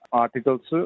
articles